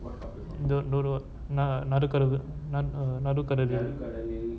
don't know what நா நடுக்கரை நடுக்கரையில்:naa nadukarai nadukaraiyil